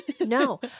No